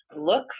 look